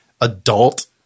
adult